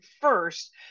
first